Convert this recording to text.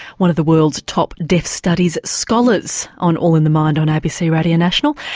one of the world's top deaf studies scholars on all in the mind on abc radio national.